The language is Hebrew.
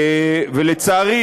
ולצערי,